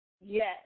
yes